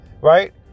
Right